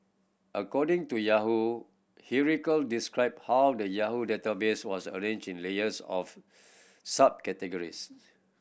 according to Yahoo hierarchical described how the Yahoo database was arranged layers of subcategories